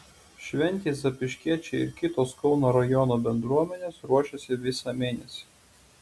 šventei zapyškiečiai ir kitos kauno rajono bendruomenės ruošėsi visą mėnesį